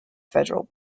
federal